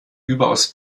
überaus